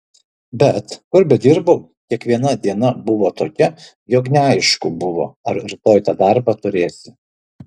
bet kur bedirbau kiekviena diena buvo tokia jog neaišku buvo ar rytoj tą darbą turėsi